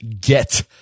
get